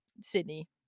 Sydney